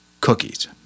cookies